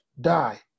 die